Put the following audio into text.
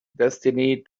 destiny